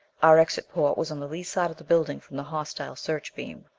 our exit port was on the lee side of the building from the hostile searchbeam.